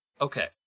Okay